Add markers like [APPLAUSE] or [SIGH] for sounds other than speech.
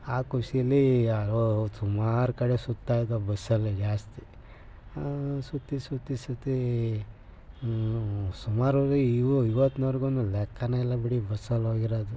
ಆ ಖುಷಿಯಲ್ಲಿ [UNINTELLIGIBLE] ಸುಮಾರು ಕಡೆ ಸುತ್ತಾಯಿದ್ದೆವು ಬಸ್ಸಲ್ಲಿ ಜಾಸ್ತಿ ಸುತ್ತಿ ಸುತ್ತಿ ಸುತ್ತಿ ಸುಮಾರಂದರೆ ಈಗಲೂ ಇವತ್ತಿನ್ವರ್ಗೂ ಲೆಕ್ಕವೇ ಇಲ್ಲ ಬಿಡಿ ಬಸ್ಸಲ್ಲೋಗಿರೋದು